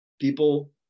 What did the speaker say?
People